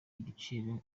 igiciro